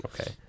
Okay